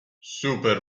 super